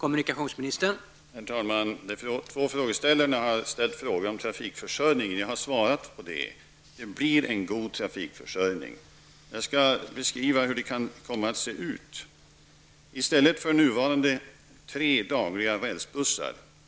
Herr talman! De båda frågeställarna har ställt frågor om trafikförsörjningen. Jag har svarat på dem: Det blir en god trafikförsörjning. Jag skall beskriva hur det kan komma att se ut.